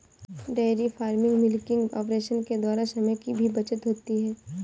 dairy farming milking operation के द्वारा समय की भी बचत होती है